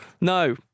No